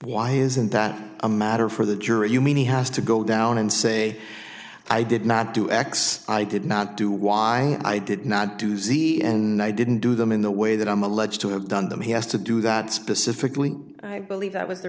why isn't that a matter for the jury you mean he has to go down and say i did not do x i did not do y i did not do z and i didn't do them in the way that i'm alleged to have done them he has to do that specifically i believe that was the